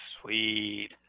sweet